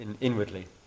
inwardly